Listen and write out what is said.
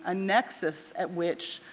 ah nexus at which,